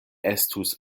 estus